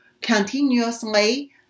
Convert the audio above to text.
continuously